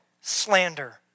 slander